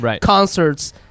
concerts